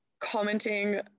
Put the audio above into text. commenting